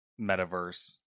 metaverse